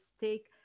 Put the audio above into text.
take